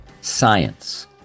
Science